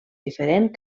diferent